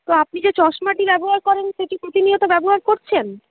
তো আপনি যে চশমাটি ব্যবহার করেন সেটি প্রতিনিয়ত ব্যবহার করছেন